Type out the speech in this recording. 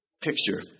picture